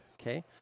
Okay